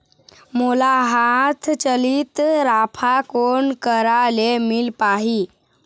मोला हाथ चलित राफा कोन करा ले मिल पाही?